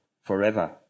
forever